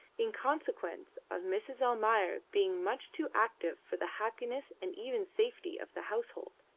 in consequence of mrs. almayer being much too active for the happiness and even safety of the household.